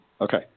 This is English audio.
Okay